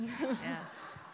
yes